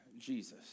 Jesus